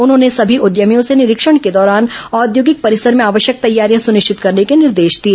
उन्होंने सभी उद्यमियों से निरीक्षण के दौरान औद्योगिक परिसर में आवश्यक तैयारियां सुनिश्चित करने के निर्देश दिए